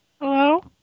Hello